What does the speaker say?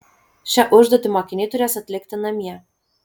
šią užduotį mokiniai turės atlikti namie